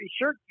sure